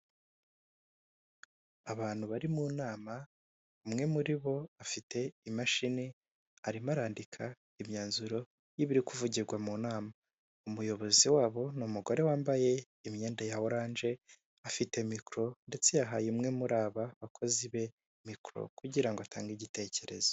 Abantu bari mu nama, umwe muri bo afite imashini, arimo arandika imyanzuro y'ibiri kuvugirwa mu nama, umuyobozi wa bo ni umugore wambaye imyenda ya oranje, afite mikoro ndetse yahaye umwe muri aba bakozi be mikoro kugirango atange igitekerezo.